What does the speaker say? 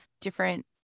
different